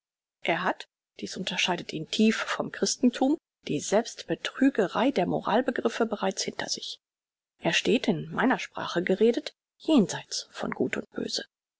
er hat dies unterscheidet ihn tief vom christenthum die selbst betrügerei der moral begriffe bereits hinter sich er steht in meiner sprache geredet jenseits von gut und böse